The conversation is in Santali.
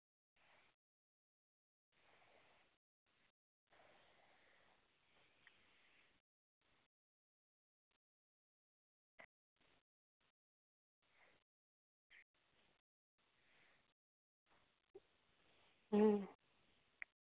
ᱦᱩᱸ